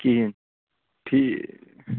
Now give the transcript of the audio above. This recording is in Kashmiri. کِہیٖنۍ ٹھیٖک